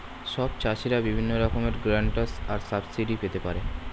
সব চাষীরা বিভিন্ন রকমের গ্র্যান্টস আর সাবসিডি পেতে পারে